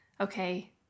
okay